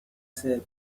said